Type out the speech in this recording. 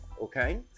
okay